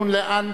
משה גפני ואחרים,